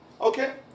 Okay